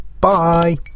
Bye